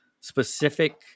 specific